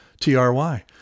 TRY